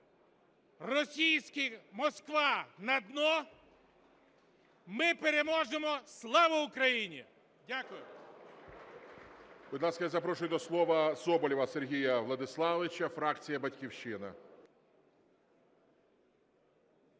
Російський "Москва" – на дно, ми переможемо. Слава Україні! Дякую.